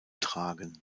tragen